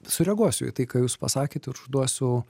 sureaguosiu į tai ką jūs pasakėt ir užduosiu